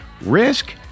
risk